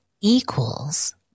equals